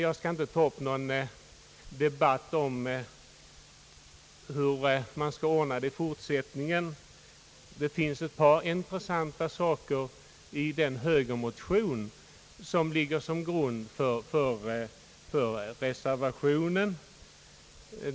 Jag skall inte ta upp någon debatt om hur det skall ordnas i fortsättningen. Det finns ett par intressanta saker i den högermotion som ligger till grund för reservationen.